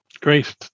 Great